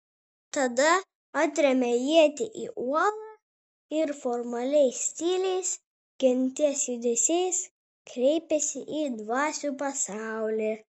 tada atrėmė ietį į uolą ir formaliais tyliais genties judesiais kreipėsi į dvasių pasaulį